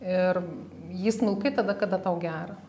ir jį smilkai tada kada tau gera